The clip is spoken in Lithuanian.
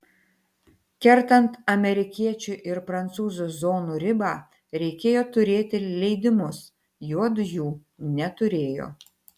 kertant amerikiečių ir prancūzų zonų ribą reikėjo turėti leidimus juodu jų neturėjo